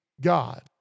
God